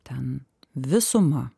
ten visuma